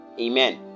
Amen